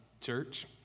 church